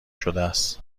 شدس